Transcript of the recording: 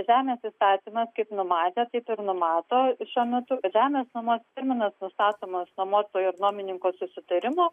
žemės įstatymas kaip numatė taip ir numato šiuo metu žemės nuomos terminas nustatomas nuomotojo ir nuomininko susitarimu